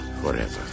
forever